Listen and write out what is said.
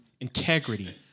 integrity